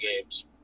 games